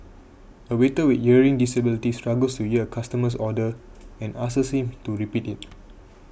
a waiter with a hearing disability struggles to year a customer's order and asks him to repeat it